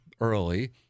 early